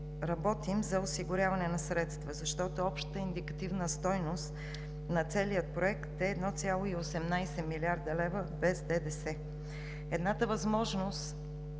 работим за осигуряване на средства, защото общата индикативна стойност на целия проект е 1,18 млрд. лв. без ДДС. Едната възможност